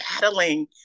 battling